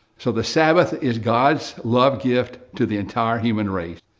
so the sabbath is god's love gift to the entire human race.